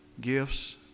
gifts